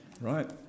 Right